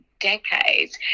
decades